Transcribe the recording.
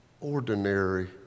ordinary